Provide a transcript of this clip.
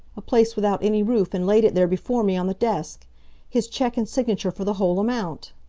a place without any roof, and laid it there before me on the desk his cheque and signature for the whole amount.